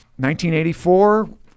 1984